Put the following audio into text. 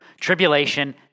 Tribulation